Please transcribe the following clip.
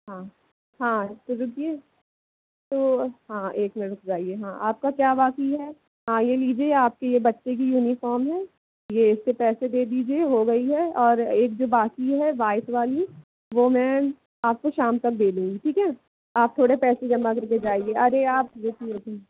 हाँ हाँ तो रुकिए तो हाँ एक मिनट रुक जाइए हाँ आपका क्या बाकी है हाँ ये लीजिए आपके ये बच्चे कि ये युनिफ़ार्म है ये इसके पैसे दे दीजिए हो गई है और एक बाकी है वाइट वाली वो मैं आपको शाम तक दे दूंगी ठीक है आप थोड़े पैसे जमा करके जाइए अरे आप रुकिए जी